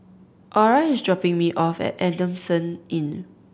Ora is dropping me off at Adamson Inn